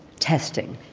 testing.